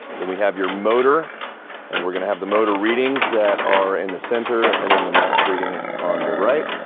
then we have your motor and we're gonna have the motor readings that are in the center, and then the max reading on the right.